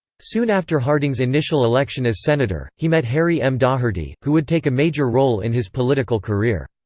soon after harding's initial election as senator, he met harry m. daugherty, who would take a major role in his political career.